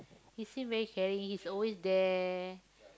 he seem very caring he's always there